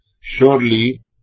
Surely